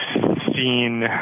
seen